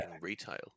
retail